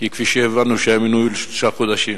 כי הבנו שהמינוי הוא לשלושה חודשים.